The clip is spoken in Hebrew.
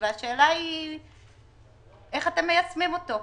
והשאלה היא איך אתם מיישמים אותו?